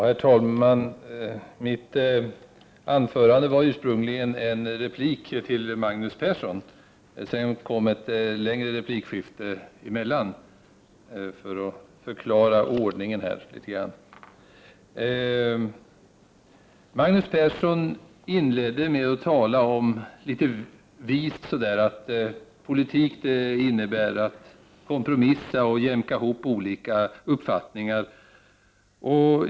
Herr talman! Mitt anförande var ursprungligen en replik till Magnus Persson, men sedan kom ett längre replikskifte emellan. Magnus Persson inledde med att litet vist tala om att politik innebär att kompromissa och jämka ihop olika uppfattningar.